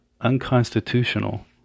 unconstitutional